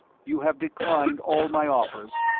you have declined all my offers,